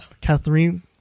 Catherine